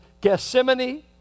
Gethsemane